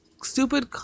Stupid